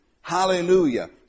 Hallelujah